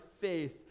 faith